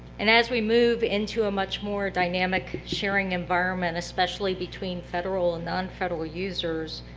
and as we move into a much more dynamic sharing environment, especially between federal and non-federal users,